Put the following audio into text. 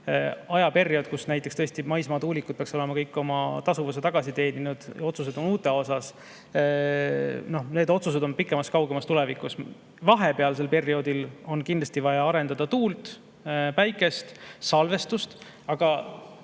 ajaperiood, kus näiteks maismaatuulikud peaksid olema kõik oma tasuvuse tagasi teeninud, otsused on uute kohta. Need otsused on kaugemas tulevikus. Vahepealsel perioodil on kindlasti vaja arendada tuult, päikest, salvestust, aga